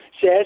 Says